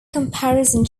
comparison